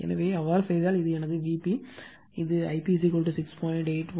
எனவே அவ்வாறு செய்தால் இது எனது Vp இது I p 6